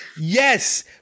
Yes